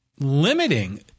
limiting